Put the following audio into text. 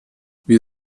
wir